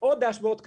או דאשבורד כזה,